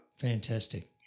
Fantastic